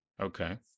Okay